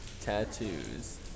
Tattoos